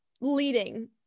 leading